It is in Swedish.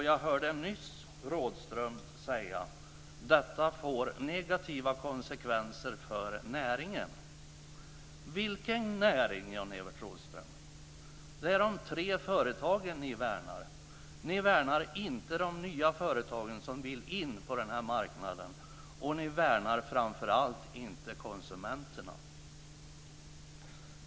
Jag hörde nyss Rådhström säga att detta får negativa konsekvenser för näringen. Vilken näring, Jan Evert Rådhström? Det är de tre företagen ni värnar. Ni värnar inte de nya företag som vill in på denna marknad, och ni värnar framför allt inte konsumenterna.